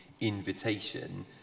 invitation